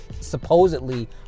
supposedly